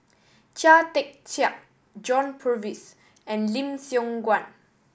Chia Tee Chiak John Purvis and Lim Siong Guan